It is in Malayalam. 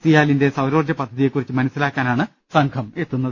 സിയാലിന്റെ സൌരോർജ്ജ പദ്ധതിയെകുറിച്ച് മനസ്സിലാക്കാ നാണ് സംഘം എത്തുന്നത്